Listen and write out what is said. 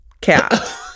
cat